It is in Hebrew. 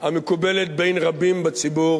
המקובלת בין רבים בציבור